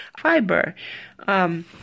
Fiber